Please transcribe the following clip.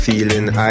Feeling